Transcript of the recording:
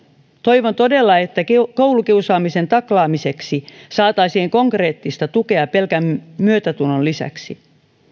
toivon todella että koulukiusaamisen taklaamiseksi saataisiin konkreettista tukea pelkän myötätunnon lisäksi